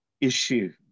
issue